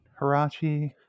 Hirachi